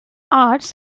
arts